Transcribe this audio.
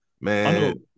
Man